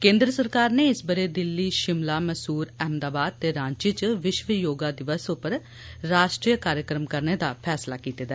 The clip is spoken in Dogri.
केंद्र सरकार नै इस ब'रे दिल्ली शिमला मैसूर अहमदाबाद ते रांची च विश्व योगा दिवस उप्पर राष्ट्री कार्यक्रम करने दा फैसला कीता ऐ